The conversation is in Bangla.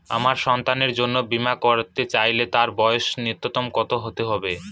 আমার সন্তানের জন্য বীমা করাতে চাইলে তার বয়স ন্যুনতম কত হতেই হবে?